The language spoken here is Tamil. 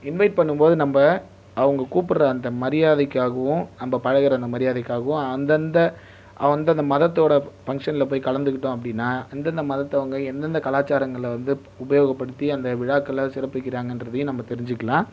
இன்வைட் பண்ணும்போது நம்ம அவங்க கூப்பிடுற அந்த மரியாதைக்காகவும் நம்ம பழகுகிற அந்த மரியாதைக்காகவும் அந்தந்த அந்தந்த மதத்தோடய ஃபங்சனில் போய் கலந்துக்கிட்டோம் அப்படின்னா அந்தந்த மதத்தவங்க எந்தெந்த கலாசாரங்களை வந்து உபயோகப்படுத்தி அந்த விழாக்களை சிறப்பிக்கிறாங்கன்றதையும் நம்ம தெரிஞ்சுக்கலாம்